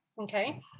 Okay